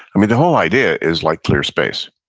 i mean the whole idea is like clear space.